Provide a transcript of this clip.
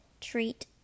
treat